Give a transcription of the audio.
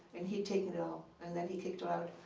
and he'd taken it all and then he kicked her out.